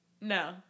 No